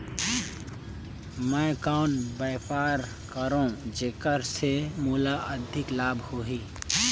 मैं कौन व्यापार करो जेकर से मोला अधिक लाभ मिलही?